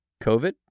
COVID